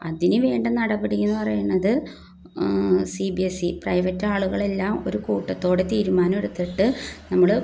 അതിന് വേണ്ട നടപടിയെന്ന് പറയണത് C B S C private ആളുകളെല്ലാം ഒരു കൂട്ടത്തോടെ തീരുമാനം എടുത്തിട്ട് നമ്മൾ